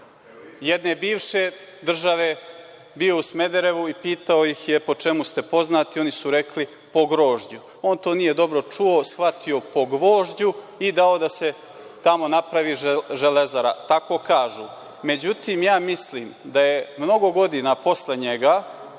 jedne bivše države bio u Smederevu i pitao ih je - po čemu ste poznati, oni su rekli - po grožđu. On to nije dobro čuo, shvatio po gvožđu i dao da se tamo napravi „Železara“, tako kažu.Međutim, ja mislim da je mnogo godina posle njega